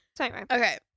Okay